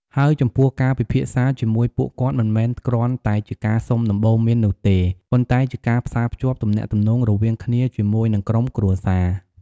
ហើយចំពោះការពិភាក្សាជាមួយពួកគាត់មិនមែនគ្រាន់តែជាការសុំដំបូន្មាននោះទេ ប៉ុន្តែជាការផ្សារភ្ជាប់ទំនាក់ទំនងរវាងគ្នាជាមួយនិងក្រុមគ្រួរសារ។